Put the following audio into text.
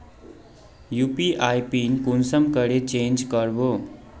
UPI PIN कुंसम करे change करबो?